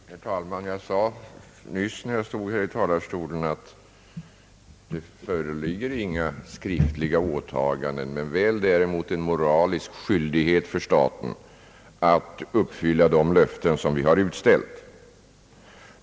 Herr talman! Jag sade nyss, när jag stod i denna talarstol, att det inte förelåg några skriftliga åtaganden men väl däremot en moralisk skyldighet för staten att uppfylla de löften som har getts.